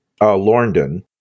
lorndon